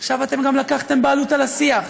עכשיו אתם גם לקחתם בעלות על השיח.